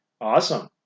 Awesome